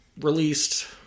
released